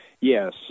Yes